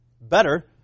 Better